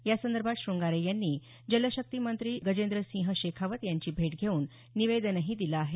या संदर्भात शृंगारे यांनी जलशक्ती मंत्री गजेंद्रसिंह शेखावत यांची भेट घेऊन निवेदनही दिलं आहे